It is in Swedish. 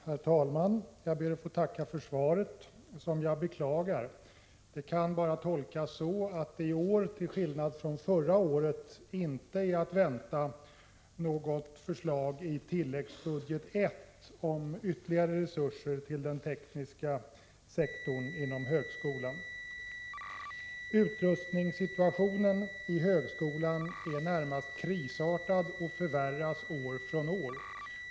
Herr talman! Jag ber att få tacka för svaret som — jag beklagar det — bara kan tolkas så, att det i år till skillnad från förra året inte är att vänta något förslag i tilläggsbudget I om ytterligare resurser till den tekniska sektorn inom högskolan. Utrustningssituationen i högskolan är närmast krisartad och förvärras år från år.